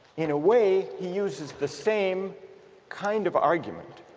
in a way he uses the same kind of argument